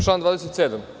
Član 27.